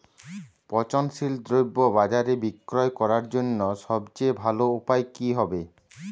পচনশীল দ্রব্য বাজারে বিক্রয় করার জন্য সবচেয়ে ভালো উপায় কি হবে?